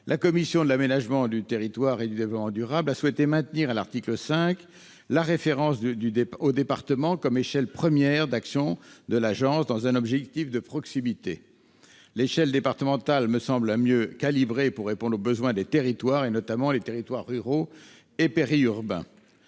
La commission de l'aménagement du territoire et du développement durable a souhaité maintenir, à l'article 5, la référence au département comme échelle première d'action de l'agence, dans un objectif de proximité : l'échelle départementale me semble la mieux calibrée pour répondre aux besoins des territoires, en particulier ruraux et périurbains.